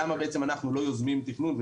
למה בעצם אנחנו לא יוזמים תכנון,